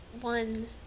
one